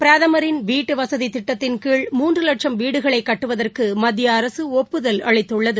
பிரதமின் வீட்டுவசதி திட்டத்தின் கீழ் மூன்று வட்சம் வீடுகளை கட்டுவதற்கு மத்திய அரசு ஒப்புதல் அளித்துள்ளது